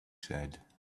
said